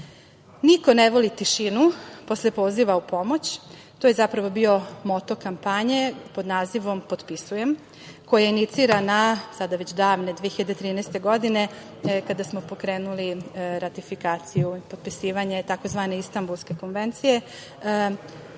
ne voli tišinu posle poziva u pomoć to je zapravo bio moto kampanje pod nazivom „potpisujem“ koje inicira, sada već davne 2013. godine, kada smo pokrenuli ratifikaciju potpisivanja tzv. Istambulske konvencije,